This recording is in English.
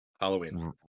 Halloween